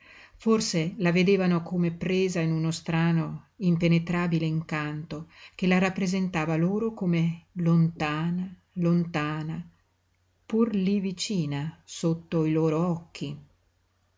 forse la vedevano come presa in uno strano impenetrabile incanto che la rappresentava loro come lontana lontana pur lí vicina sotto i loro occhi